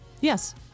Yes